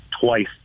twice